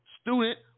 student